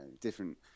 different